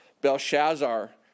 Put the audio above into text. Belshazzar